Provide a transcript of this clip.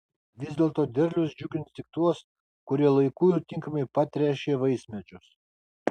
vis dėlto derlius džiugins tik tuos kurie laiku ir tinkamai patręšė vaismedžius